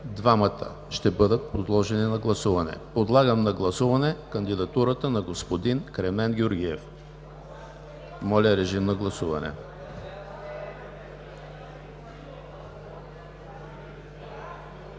двамата ще бъдат подложени на гласуване. Подлагам на гласуване кандидатурата на господин Кремен Георгиев. Гласували